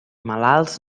malalts